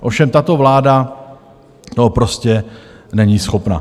Ovšem tato vláda toho prostě není schopna.